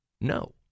no